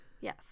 Yes